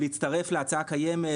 להצטרף להצעה קיימת,